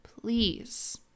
please